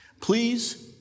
Please